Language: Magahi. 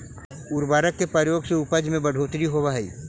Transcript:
उर्वरक के प्रयोग से उपज में बढ़ोत्तरी होवऽ हई